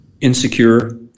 insecure